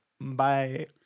bye